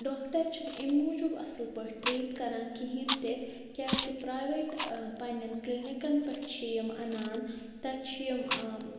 doctor چھِنہٕ اَمہِ موٗجوٗب اصٕل پٲٹھۍ ٹرٛیٖٹ کران کِہیٖنۍ تہِ کیٛازِ کہِ پرٛایویٹ پنٛنٮ۪ن کِلنِکَن پٮ۪ٹھ چھِ یِم اَنان تَتہِ چھِ یِم